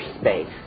space